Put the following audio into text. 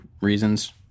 reasons